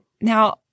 now